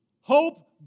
Hope